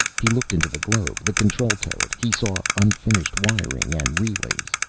he looked into the globe, the control turret. he saw unfinished wiring and relays.